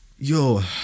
Yo